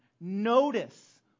notice